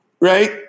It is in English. right